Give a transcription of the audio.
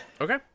Okay